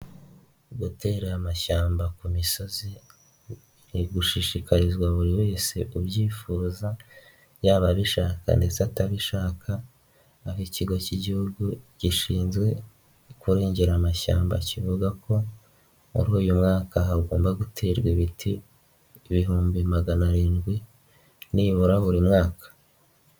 Gutera aya amashyamba ku misozi, birigushishikarizwa buri wese ubyifuza, yaba abishaka ndetse atanabishaka, aho ikigo cy'Igihugu gishinzwe kurengera amashyamba, kivuga ko muri uyu mwaka hagomba guterwa ibiti, ibihumbi magana arindwi nibura buri mwaka.